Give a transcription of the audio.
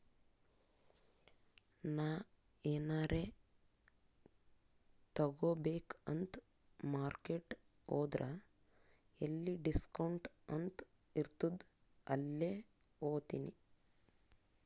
ನಾ ಎನಾರೇ ತಗೋಬೇಕ್ ಅಂತ್ ಮಾರ್ಕೆಟ್ ಹೋದ್ರ ಎಲ್ಲಿ ಡಿಸ್ಕೌಂಟ್ ಅಂತ್ ಇರ್ತುದ್ ಅಲ್ಲೇ ಹೋತಿನಿ